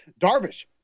Darvish